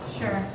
Sure